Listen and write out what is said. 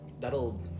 That'll